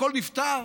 הכול נפתר?